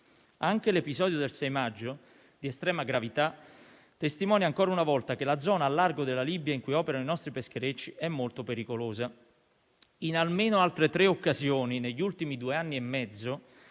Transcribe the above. Anche l'episodio del 6 maggio, di estrema gravità, testimonia ancora una volta che la zona al largo della Libia in cui operano i nostri pescherecci è molto pericolosa. In almeno altre tre occasioni, negli ultimi due anni e mezzo,